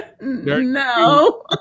No